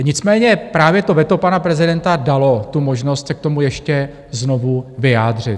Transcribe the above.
Nicméně právě to veto pana prezidenta dalo tu možnost se k tomu ještě znovu vyjádřit.